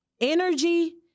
Energy